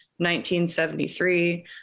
1973